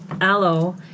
aloe